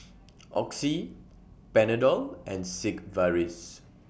Oxy Panadol and Sigvaris